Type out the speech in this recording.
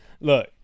Look